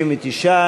59,